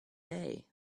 day